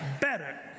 better